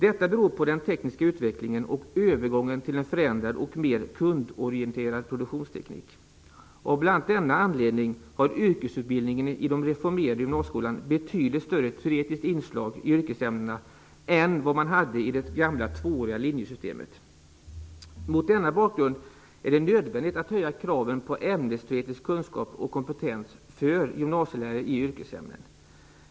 Detta beror på den tekniska utvecklingen och övergången till en förändrad och mer kundorienterad produktionsteknik. Av bl.a. denna anledning har yrkesutbildningen i den reformerade gymnasieskolan betydligt större teoretiskt inslag i yrkesämnena än den man hade i det gamla tvååriga linjesystemet. Mot denna bakgrund är det nödvändigt att höja kraven på ämnesteoretisk kunskap och kompetens för gymnasielärare i yrkesämnen.